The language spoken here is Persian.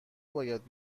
باید